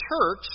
church